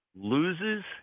loses